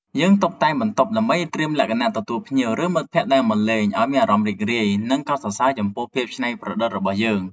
យើងតុបតែងបន្ទប់ដើម្បីត្រៀមលក្ខណៈទទួលភ្ញៀវ ឬមិត្តភក្តិដែលមកលេងឱ្យមានអារម្មណ៍រីករាយ និងកោតសរសើរចំពោះភាពច្នៃប្រឌិតរបស់យើង។